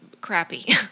crappy